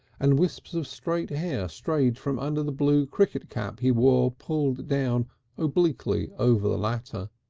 and wisps of straight hair strayed from under the blue cricket cap he wore pulled down obliquely over the latter.